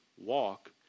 walk